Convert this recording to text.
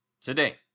Today